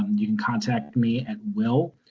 you can contact me at will